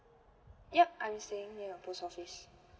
yup I'm staying near a post office